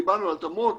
דיברנו על התאמות